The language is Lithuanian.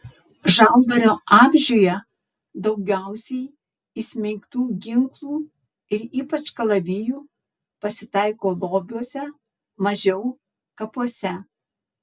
žalvario amžiuje daugiausiai įsmeigtų ginklų ir ypač kalavijų pasitaiko lobiuose mažiau kapuose